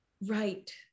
right